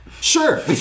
Sure